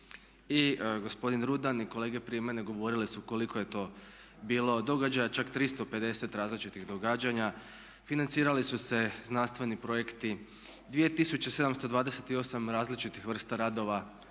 I gospodin Rudan i kolege prije mene govorile su koliko je to bilo događaja, čak 350 različitih događanja, financirali su se znanstveni projekti, 2728 različitih vrsta radova,